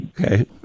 Okay